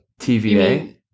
TVA